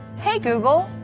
hey, google,